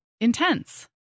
intense